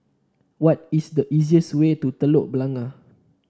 what is the easiest way to Telok Blangah